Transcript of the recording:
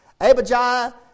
Abijah